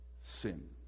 sin